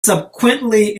subsequently